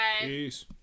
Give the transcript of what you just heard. Peace